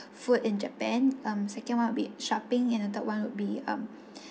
food in japan um second one would be shopping and the third one would be um